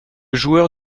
joueur